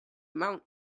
amount